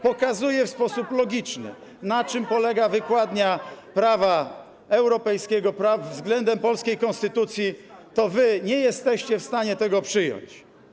pokazuje w sposób logiczny, na czym polega wykładnia prawa europejskiego względem polskiej konstytucji, to wy nie jesteście w stanie tego przyjąć.